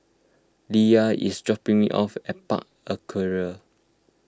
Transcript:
Lyla is dropping me off at Park Aquaria